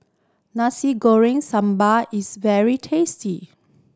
Nasi Goreng Sambal is very tasty